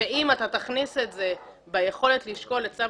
אם אתה תכניס את זה ביכולת לשקול את צו